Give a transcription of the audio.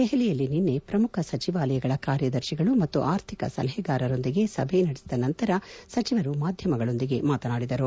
ದೆಹಲಿಯಲ್ಲಿ ನಿನ್ನೆ ಪ್ರಮುಖ ಸಚಿವಾಲಯಗಳ ಕಾರ್ಯದರ್ಶಿಗಳು ಮತ್ತು ಆರ್ಥಿಕ ಸಲಹೆಗಾರರೊಂದಿಗೆ ಸಭೆ ನಡೆಸಿದ ನಂತರ ಸಚಿವರು ಮಾಧ್ಯಮಗಳೊಂದಿಗೆ ಮಾತನಾಡಿದರು